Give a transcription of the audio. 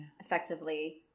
Effectively